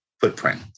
footprint